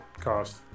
cost